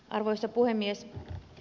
arvoisa puhemies